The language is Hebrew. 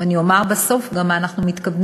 אני אומר בסוף גם מה אנחנו מתכוונים,